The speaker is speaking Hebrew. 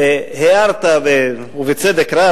הערת ובצדק רב,